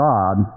God